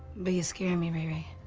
but you're scaring me ray ray.